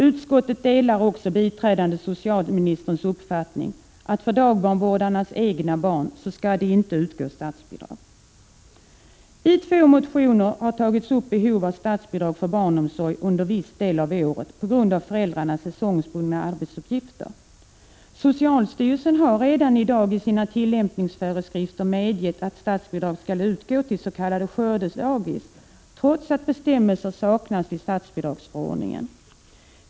Utskottet delar också biträdande socialministerns uppfattning att det inte skall utgå statsbidrag för dagbarnvårdarens egna barn. I två motioner har tagits upp behovet av statsbidrag för barnomsorg under viss del av året på grund av föräldrarnas säsongsbundna arbetsuppgifter. Socialstyrelsen har redan i dag i sina tillämpningsföreskrifter medgett att statsbidrag skall utgå till s.k. skördedagis, trots att bestämmelser saknas i statsbidragsförordningen.